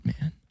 man